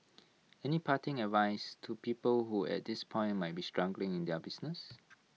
any parting advice to people who at this point might be struggling in their business